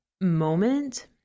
moment